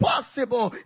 Possible